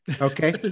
Okay